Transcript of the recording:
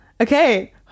okay